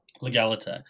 legality